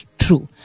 true